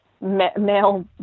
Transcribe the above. male